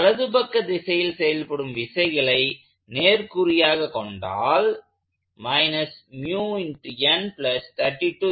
வலதுபக்க திசையில் செயல்படும் விசைகளை நேர்குறியாக எடுத்துக்கொண்டால் 6410